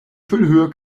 füllhöhe